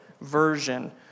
version